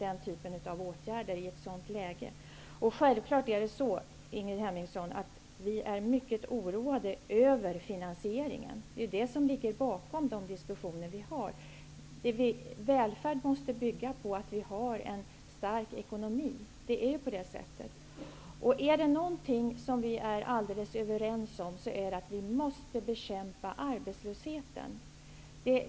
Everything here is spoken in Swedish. Självfallet är vi mycket oroade över finansieringen, Ingrid Hemmingsson. Det är det som ligger bakom de diskussioner vi har. Välfärd måste bygga på att vi har en stark ekonomi. Det är på det sättet. Är det någonting som vi är alldeles överens om är det att vi måste bekämpa arbetslösheten.